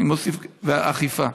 אני מוסיף: ואכיפה.